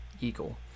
eagle